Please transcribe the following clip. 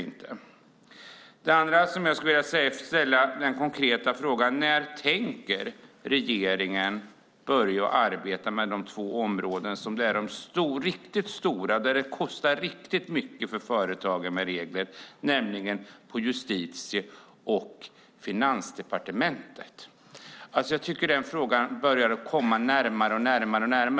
Vidare skulle jag vilja ställa följande konkreta fråga: När tänker regeringen börja arbeta med de två områden som är de riktigt stora och där regler kostar riktigt mycket för företagen? Jag tänker då på Justitie och Finansdepartementens områden. Jag tycker att frågan kommer allt närmare.